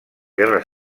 guerra